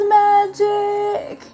magic